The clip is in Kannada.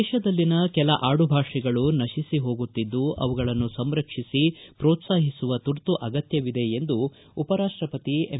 ದೇತದಲ್ಲಿ ಕೆಲ ಆಡುಭಾಷೆಗಳು ನಶಿಸಿ ಹೋಗುತ್ತಿದ್ದು ಅವುಗಳನ್ನು ಸಂರಕ್ಷಿಸಿ ಪ್ರೋತ್ಸಾಹಿಸುವ ತುರ್ತು ಅಗತ್ಯವಿದೆ ಎಂದು ಉಪರಾಷ್ಟಪತಿ ಎಂ